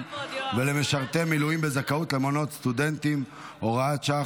ולמשרתי מילואים בזכאות למעונות סטודנטים (הוראת שעה,